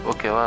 Okay